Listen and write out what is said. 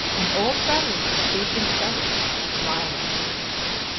and all travellers stood in terror of his violence.